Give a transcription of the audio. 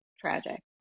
tragic